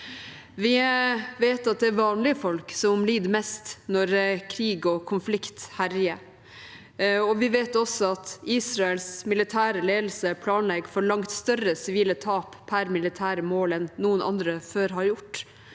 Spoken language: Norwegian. Vi vet at det er vanlige folk som lider mest når krig og konflikt herjer, og vi vet også at Israels militære ledelse planlegger for langt større sivile tap per militære mål enn noen andre før har gjort.